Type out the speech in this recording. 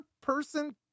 person